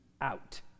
out